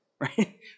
Right